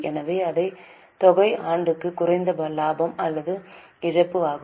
எனவே அதே தொகை ஆண்டுக்கு குறைந்த லாபம் அல்லது இழப்பு ஆகும்